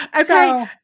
Okay